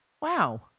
Wow